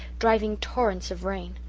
driving torrents of rain.